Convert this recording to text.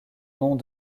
noms